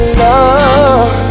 love